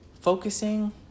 focusing